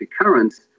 currents